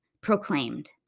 proclaimed